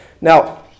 Now